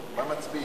על מה מצביעים?